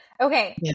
Okay